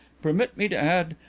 permit me to add,